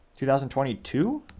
2022